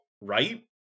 right